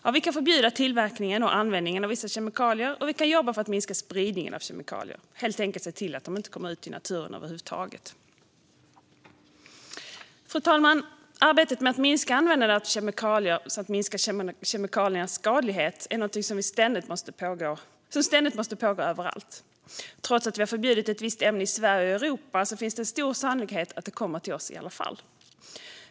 Jo, vi kan förbjuda tillverkningen och användningen av vissa kemikalier, och vi kan jobba för att minska spridningen av kemikalier - helt enkelt se till att de inte kommer ut i naturen över huvud taget. Fru talman! Arbetet med att minska användandet av kemikalier samt minska kemikaliernas skadlighet är något som ständigt måste pågå överallt. Även om ett visst ämne förbjuds i Sverige och Europa finns det stor sannolikhet att det kommer till oss senare.